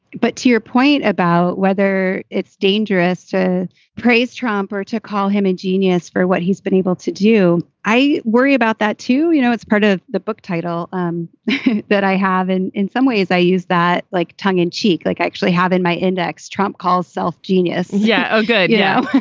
but to your point about whether it's dangerous to praise trump or to call him a genius for what he's been able to do. i worry about that, too. you know, it's part of the book title um that i have. and in some ways i use that like tongue in cheek, like i actually have in my index. trump called self genius. yeah. oh, good. yeah.